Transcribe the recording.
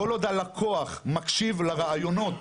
כל עוד הלקוח מקשיב לרעיונות